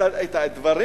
את הדברים,